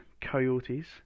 Coyotes